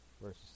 versus